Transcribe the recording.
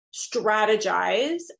strategize